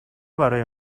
برای